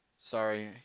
Sorry